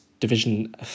division